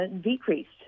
decreased